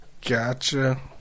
Gotcha